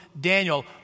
Daniel